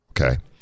okay